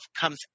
comes